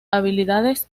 habilidades